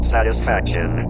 Satisfaction